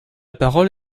parole